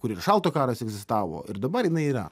kur ir šalto karas egzistavo ir dabar jinai yra